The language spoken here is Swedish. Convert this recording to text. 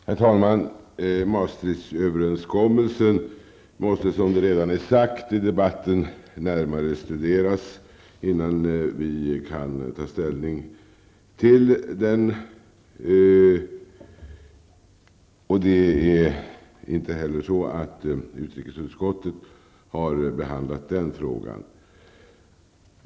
Herr talman! Maastrichtöverenskommelsen måste, som redan har sagts i debatten, närmare studeras innan vi kan ta ställning till den. Utrikesutskottet har inte heller behandlat frågan.